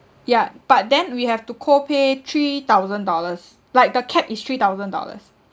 ya but then we have to copay three thousand dollars like the cap is three thousand dollars